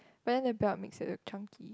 but then the belt makes it look chunky